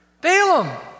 Balaam